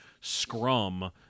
scrum